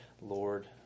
Lord